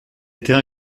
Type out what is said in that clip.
était